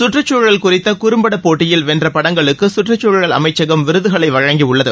கற்றுச்சூழல் குறித்த குறும்பட போட்டியில் வென்ற படங்களுக்கு சுற்றுச்சூழல் அமைச்சகம் விருதுகளை வழங்கியுள்ளது